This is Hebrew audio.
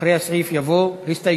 אחרי הסעיף יבוא.